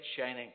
shining